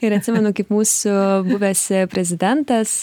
ir atsimenu kaip mūsų buvęs prezidentas